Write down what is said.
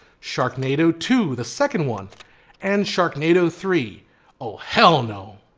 sharknado two the second one and sharknado three oh hell no.